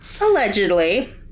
Allegedly